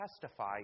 testify